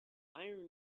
iron